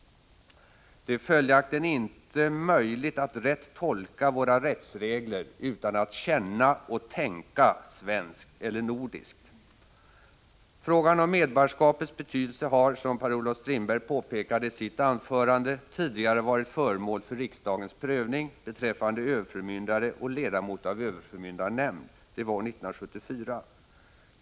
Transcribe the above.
Det är följaktligen inte möjligt att rätt tolka våra rättsregler utan att känna och tänka svenskt eller nordiskt. Frågan om medborgarskapets betydelse har, som Per-Olof Strindberg påpekade i sitt anförande, tidigare varit föremål för riksdagens prövning beträffande överförmyndare och ledamot av överförmyndarnämnd. Det var år 1974.